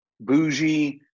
bougie